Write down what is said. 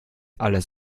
alles